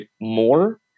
more